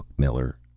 miller,